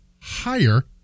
higher